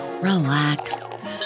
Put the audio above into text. relax